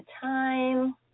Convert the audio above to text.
time